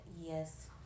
Yes